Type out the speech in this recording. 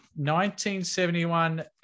1971